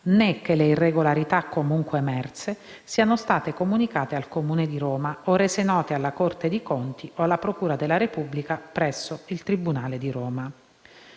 né che le irregolarità comunque emerse, siano state comunicate al comune di Roma o rese note alla Corte dei Conti o alla Procura della Repubblica presso il tribunale di Roma”;